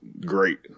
great